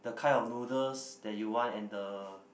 the kind of noodles that you want and the